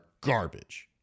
garbage